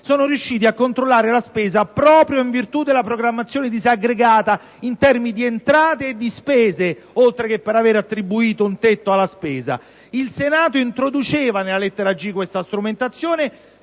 sono riusciti a controllare la spesa proprio in virtù della programmazione disaggregata in termini di entrate e di spese, oltre che per avere attribuito un tetto alla spesa. Il Senato introduceva nella lettera *g)* questa strumentazione